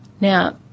Now